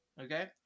okay